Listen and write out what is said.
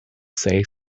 say